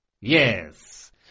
yes